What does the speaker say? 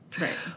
Right